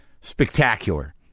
spectacular